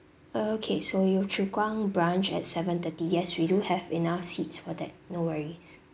okay so yio chu kang branch at seven thirty yes we do have enough seats for that no worries